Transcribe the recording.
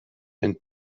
and